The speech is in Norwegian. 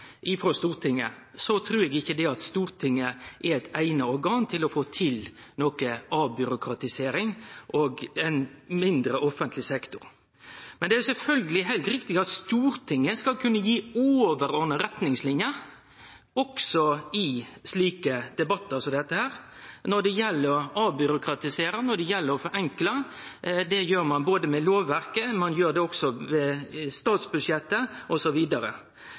trur eg ikkje at Stortinget er eit eigna organ for å få til avbyråkratisering og ein mindre offentleg sektor. Men det er sjølvsagt heilt riktig at Stortinget skal kunne gi overordna retningsliner, også i slike debattar som dette, når det gjeld å avbyråkratisere og forenkle. Det gjer ein med både lovverket og statsbudsjettet osv. Eg trur at viss vi skal gå inn i kvart einaste direktorat og avvikling av statlege arbeidsplassar og diskutere det